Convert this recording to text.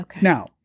Now